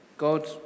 God